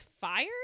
fired